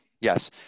Yes